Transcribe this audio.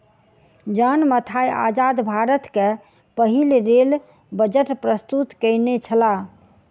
John Mathai आजाद भारत के पहिल रेल बजट प्रस्तुत केनई छला